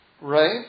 right